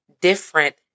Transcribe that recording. different